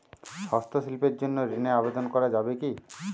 হস্তশিল্পের জন্য ঋনের আবেদন করা যাবে কি?